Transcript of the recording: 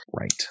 Right